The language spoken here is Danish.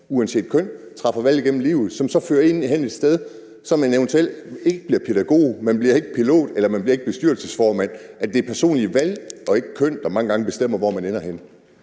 uanset køn træffer valg gennem livet, som så fører en et sted hen, så man eventuelt ikke bliver pædagog, man bliver ikke pilot, og man bliver ikke bestyrelsesformand, altså at det er personlige valg og ikke køn, der mange gange bestemmer, hvor man ender henne?